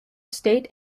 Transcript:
state